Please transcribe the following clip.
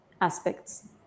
aspects